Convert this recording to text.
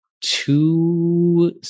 two